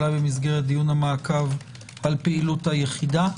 אולי במסגרת דיון המעקב על פעילות היחידה.